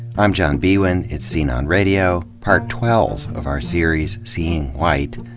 i'm john biewen, it's scene on radio, part twelve of our series, seeing white,